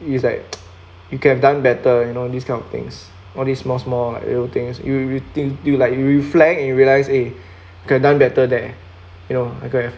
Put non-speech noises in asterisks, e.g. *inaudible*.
it's like *noise* you could have done better you know this kind of things all these small small like little things you you think like you flying and realised eh you could have done better there you know I could have